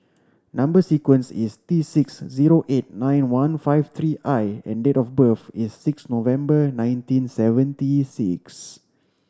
number sequence is T six zero eight nine one five three I and date of birth is six November nineteen seventy six